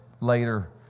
later